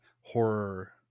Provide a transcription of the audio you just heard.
horror